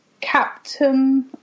captain